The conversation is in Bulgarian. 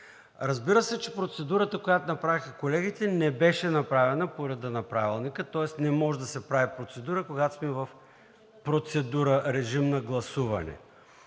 Разбира се, че процедурата, която направиха колегите, не беше направена по реда на Правилника, тоест не може да се прави процедура, когато сме в режим на гласуване.